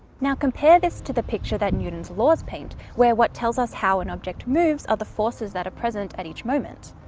now compare this to the picture that newton's laws paint where what tells us how an object moves are the forces that are present at each moment.